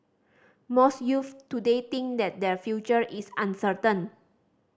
most youths today think that their future is uncertain